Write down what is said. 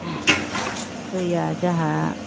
दैया जोंहा